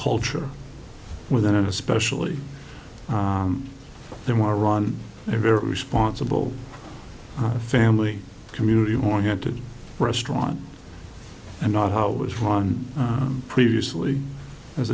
culture within it especially if they want to run a very responsible family community oriented restaurant and not how it was run previously as